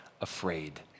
afraid